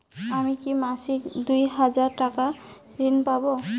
আমি কি মাসিক দুই হাজার টাকার ঋণ পাব?